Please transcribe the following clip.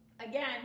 again